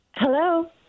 Hello